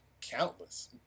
countless